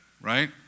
right